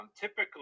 typically